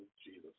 Jesus